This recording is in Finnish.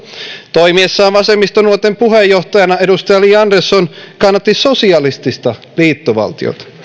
toimiessaan vasemmistonuorten puheenjohtajana edustaja li andersson kannatti sosialistista liittovaltiota